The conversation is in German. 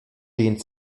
den